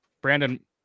Brandon